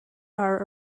are